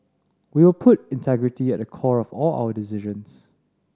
we will put integrity at the core of all our decisions